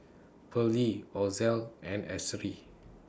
Pearly Ozell and Ashery